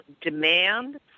demand